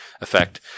effect